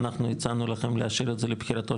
אנחנו הצענו לכם להשאיר את זה לבחירתו